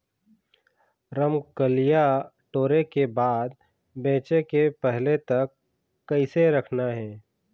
रमकलिया टोरे के बाद बेंचे के पहले तक कइसे रखना हे?